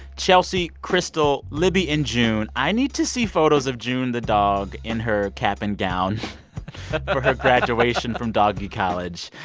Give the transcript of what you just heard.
chelsea, crystal, libby and june. i need to see photos of june the dog in her cap and gown for her graduation from doggy college.